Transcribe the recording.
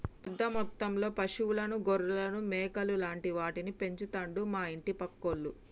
పెద్ద మొత్తంలో పశువులను గొర్రెలను మేకలు లాంటి వాటిని పెంచుతండు మా ఇంటి పక్కోళ్లు